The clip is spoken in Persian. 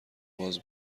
باز